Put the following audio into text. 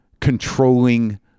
controlling